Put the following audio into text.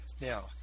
now